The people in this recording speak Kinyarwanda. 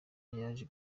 yaje